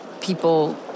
people